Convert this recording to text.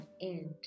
end